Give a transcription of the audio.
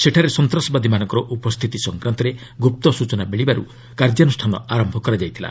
ସେଠାରେ ସନ୍ତାସବାଦୀମାନଙ୍କର ଉପସ୍ଥିତି ସଂକ୍ରାନ୍ତରେ ଗୁପ୍ତ ସୂଚନା ମିଳିବାରୁ କାର୍ଯ୍ୟାନୁଷ୍ଠାନ ଆରମ୍ଭ କରାଯାଇଥିଲା